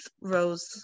Rose